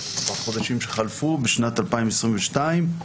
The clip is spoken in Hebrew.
בחודשים שחלפו בשנת 2022,